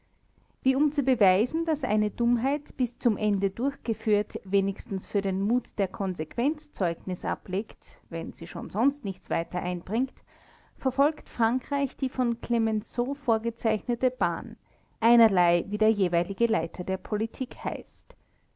wie um zu beweisen daß eine dummheit bis zum ende durchgeführt wenigstens für den mut der konsequenz zeugnis ablegt wenn sie schon sonst nichts weiter einbringt verfolgt frankreich die von clemenceau vorgezeichnete bahn einerlei wie der jeweilige leiter der politik heißt